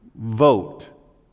vote